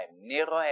Nero